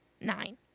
Nine